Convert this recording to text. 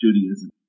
Judaism